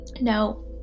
No